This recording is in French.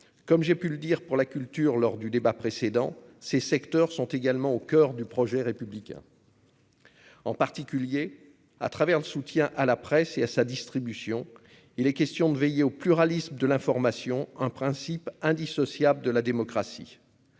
comme j'ai pu le dire pour la culture, lors du débat précédant ces secteurs sont également au coeur du projet républicain. En particulier à travers le soutien à la presse et à sa distribution, il est question de veiller au pluralisme de l'information, un principe indissociable de la démocratie,